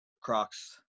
Crocs